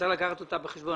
שצריך לקחת אותה בחשבון.